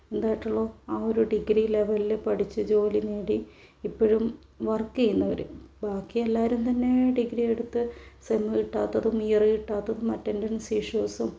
എന്തായിട്ടുള്ളൂ ആ ഒരു ഡിഗ്രി ലെവലിൽ പഠിച്ചു ജോലി നേടി ഇപ്പോഴും വർക്ക് ചെയ്യുന്നവർ ബാക്കി എല്ലാവരും തന്നെ ഡിഗ്രി എടുത്ത് സെമ്മ് കിട്ടാത്തതും ഇയർ കിട്ടാത്തതും അറ്റെൻഡൻസ് ഇഷ്യൂസും